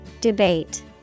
Debate